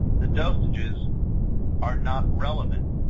the dosages are not relevant.